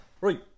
Right